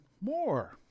more